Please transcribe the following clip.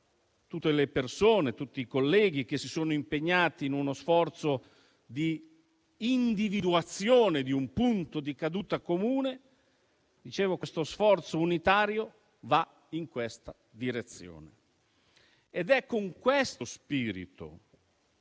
tutte le persone e tutti i colleghi che si sono impegnati in uno sforzo di individuazione di un punto di caduta comune, va in questa direzione. È con questo spirito